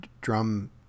drum